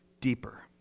deeper